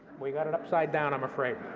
we got it upside down, i'm afraid.